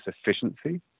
efficiency